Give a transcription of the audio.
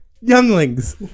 younglings